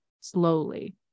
slowly